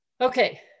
Okay